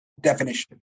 definition